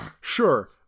sure